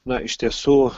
na iš tiesų